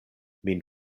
min